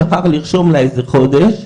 שכחו לרשום לה איזה חודש,